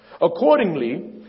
Accordingly